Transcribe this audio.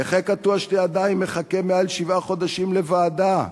נכה קטוע שתי רגליים מחכה מעל שבעה חודשים לוועדה.